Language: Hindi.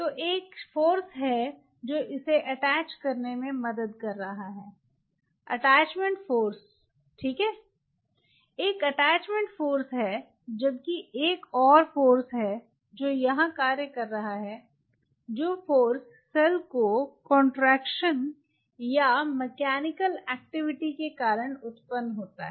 तो एक बल है जो इसे अटैच करने में मदद कर रहा है अटैचमेंट फाॅर्स ठीक है एक अटैचमेंट फाॅर्स है जबकि एक और बल है जो यहां कार्य कर रहा है जो बल सेल के संकुचन या मैकेनिकल एक्टिविटी के कारण उत्पन्न होता है